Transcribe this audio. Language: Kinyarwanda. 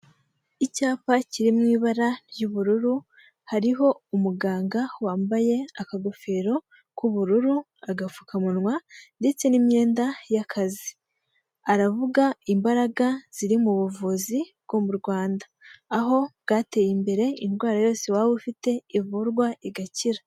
Icyapa kiri mu ibara ry'ubururu hariho umuganga wambaye akagofero k'ubururu agapfukamunwa ndetse n'imyenda y'akazi aravuga imbaraga ziri mu buvuzi bwo mu rwanda aho bwateye imbere indwara yose waba ufite ivurwa igakira.